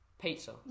Pizza